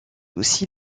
aussi